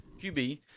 QB